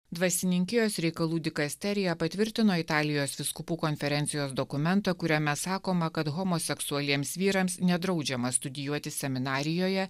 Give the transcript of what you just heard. dvasininkijos reikalų dikasterija patvirtino italijos vyskupų konferencijos dokumentą kuriame sakoma kad homoseksualiems vyrams nedraudžiama studijuoti seminarijoje